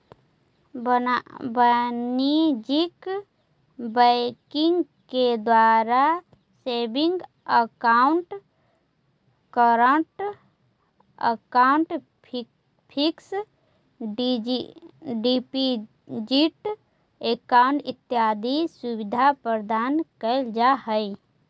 वाणिज्यिक बैंकिंग के द्वारा saving account, current account, fix deposit account इत्यादि सुविधा प्रदान कैल जा हइ